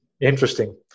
interesting